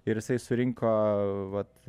ir jisai surinko vat